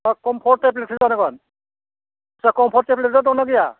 comfort टेब्लेटखो जानांगोन comfort टेब्लेटआ दं ना गैया